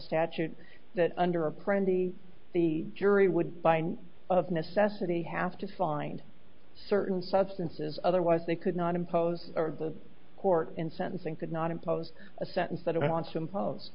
statute that under a prem the the jury would find of necessity have to find certain substances otherwise they could not impose the court in sentencing could not impose a sentence that wants to impose